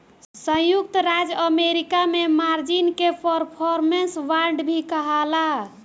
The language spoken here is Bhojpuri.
संयुक्त राज्य अमेरिका में मार्जिन के परफॉर्मेंस बांड भी कहाला